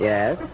Yes